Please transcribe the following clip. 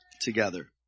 together